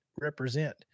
represent